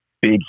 big